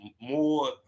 more